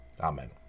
Amen